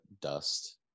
dust